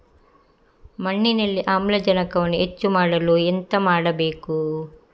ಮಣ್ಣಿನಲ್ಲಿ ಆಮ್ಲಜನಕವನ್ನು ಹೆಚ್ಚು ಮಾಡಲು ಎಂತ ಮಾಡಬೇಕು?